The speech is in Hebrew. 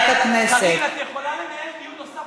קארין, את יכולה לנהל דיון נוסף